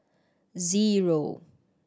zero